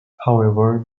however